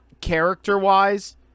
character-wise